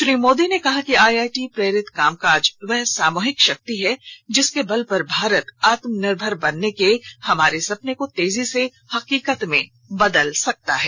श्री मोदी ने कहा कि आईआईटी प्रेरित कामकाज वह सामूहिक शक्ति है जिसके बल पर भारत आत्मनिर्भर बनने के हमारे सपने को तेजी से हकीकत में बदल सकता है